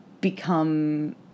become